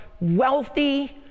wealthy